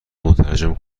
مترجم